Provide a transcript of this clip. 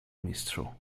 mistrzu